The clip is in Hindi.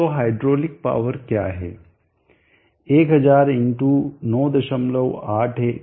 तो हाइड्रोलिक पावर क्या है 1000 × 981 𝜌g Q डॉट h